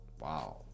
Wow